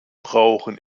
brauchen